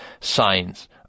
signs